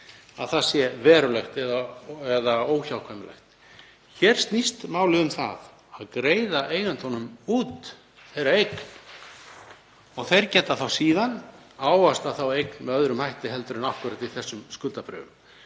að það sé verulegt eða óhjákvæmilegt. Hér snýst málið um að greiða eigendunum út þeirra eign. Þeir geta síðan ávaxtað þá eign með öðrum hætti en akkúrat í þessum skuldabréfum.